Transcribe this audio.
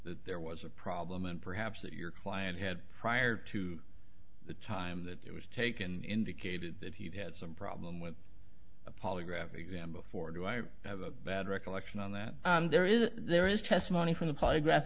that there was a problem and perhaps that your client had prior to the time that it was taken indicated that he has a problem with a polygraph exam before do i have a bad recollection on that there is there is testimony from the polygraph